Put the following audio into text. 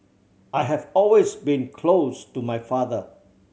I have always been close to my father